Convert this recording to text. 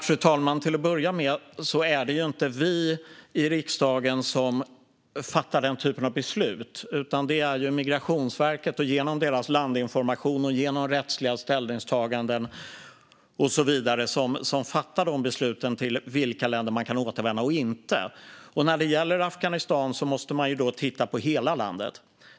Fru talman! Till att börja med är det inte vi i riksdagen som fattar den typen av beslut. Det är ju Migrationsverket som genom landinformation, rättsliga ställningstaganden och så vidare fattar besluten om vilka länder man kan återvända till och inte. När det gäller Afghanistan måste man titta på hela landet.